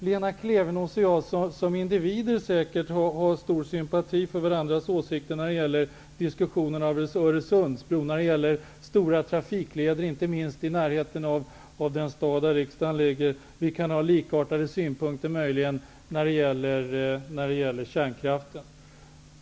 Lena Klevenås och jag som individer kan säkert ha stor sympati för varandras åsikter när det gäller diskussionerna om Öresundsbron och när det gäller stora trafikleder, inte minst i närheten av den stad där riksdagen ligger. Vi kan också möjligen ha likartade synpunkter när det gäller kärnkraften.